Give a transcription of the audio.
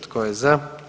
Tko je za?